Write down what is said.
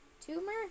Tumor